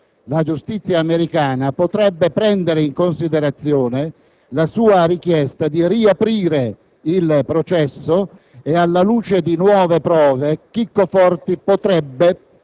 la giustizia americana potrebbe prendere in considerazione la sua richiesta di riaprire il processo e, alla luce di nuove prove, Chicco Forti potrebbe,